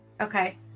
okay